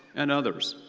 and others,